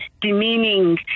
demeaning